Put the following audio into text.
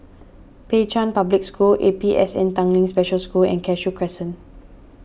Pei Chun Public School A P S N Tanglin Special School and Cashew Crescent